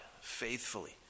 faithfully